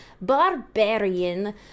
Barbarian